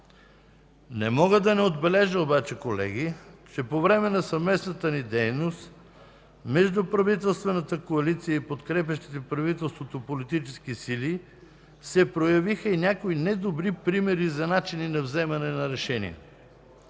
Не мога да не отбележа обаче, колеги, че по време на съвместната ни дейност между правителствената коалиция и подкрепящите правителството политически сили се проявиха и някои недобри примери за начини на вземане на решения,